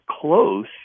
close